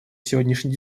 сегодняшней